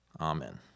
amen